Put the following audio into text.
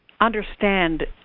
understand